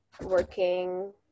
working